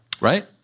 right